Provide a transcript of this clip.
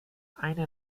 eine